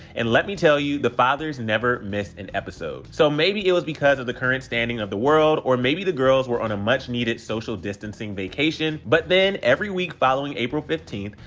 and let me tell you, the fathers never miss an episode! so maybe it was because of the current standing of the world, or maybe the girls were on a much-needed social distancing vacation. but then every week following april fifteenth,